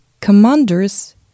commanders